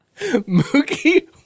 Mookie